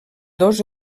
dos